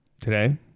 Today